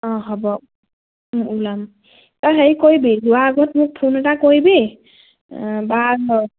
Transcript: অঁ হ'ব ওলাম তাৰ হেৰি কৰিবি যোৱাৰ আগত মোক ফোন এটা কৰিবি বা